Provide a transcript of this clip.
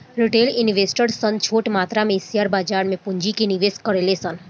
retail investor सन छोट मात्रा में शेयर बाजार में पूंजी के निवेश करेले सन